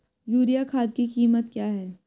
Urea खाद की कीमत क्या है?